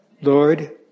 Lord